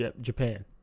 Japan